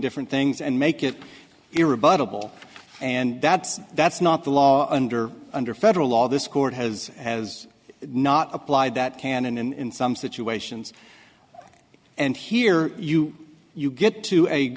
different things and make it your rebuttable and that's that's not the law under under federal law this court has has not applied that canon in some situations and here you you get to a